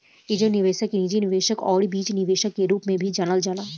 angel निवेशक के निजी निवेशक आउर बीज निवेशक के रूप में भी जानल जाला